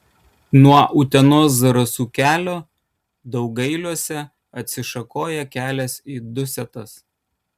nuo utenos zarasų kelio daugailiuose atsišakoja kelias į dusetas